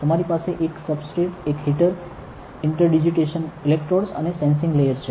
તમારી પાસે એક સબસ્ટ્રેટ એક હીટર ઇન્ટર ડિજિટેશન ઇલેક્ટ્રોડ્સ અને સેન્સિંગ લેયર છે